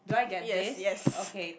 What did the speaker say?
yes yes